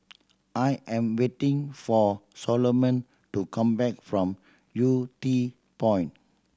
I am waiting for Soloman to come back from Yew Tee Point